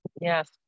Yes